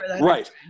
right